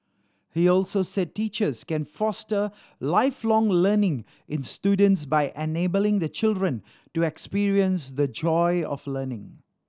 he also said teachers can foster Lifelong Learning in students by enabling the children to experience the joy of learning